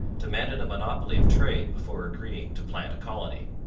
demanded a monopoly of trade before agreeing to plant a colony.